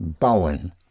Bauen